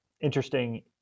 interesting